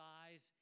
eyes